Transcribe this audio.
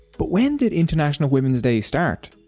but when did international women's day start,